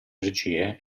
energie